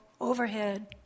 overhead